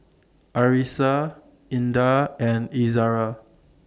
Arissa Indah and Izzara